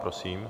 Prosím.